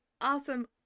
awesome